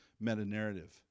meta-narrative